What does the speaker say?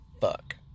fuck